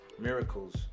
miracles